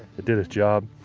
it did its job.